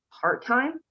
part-time